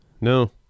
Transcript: No